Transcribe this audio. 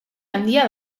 handia